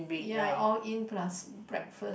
ya all in plus breakfast